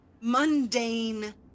mundane